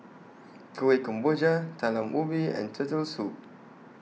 Kuih Kemboja Talam Ubi and Turtle Soup